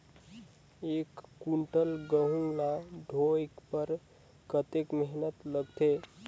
एक कुंटल गहूं ला ढोए बर कतेक मेहनत लगथे?